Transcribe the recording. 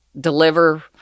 deliver